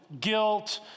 guilt